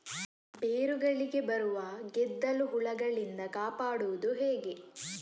ಬೇರುಗಳಿಗೆ ಬರುವ ಗೆದ್ದಲು ಹುಳಗಳಿಂದ ಕಾಪಾಡುವುದು ಹೇಗೆ?